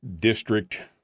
District